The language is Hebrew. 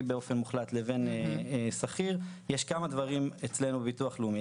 באופן מוחלט לבין שכיר יש כמה דברים אצלנו בביטוח לאומי.